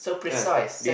ya they